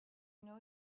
know